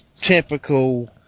Typical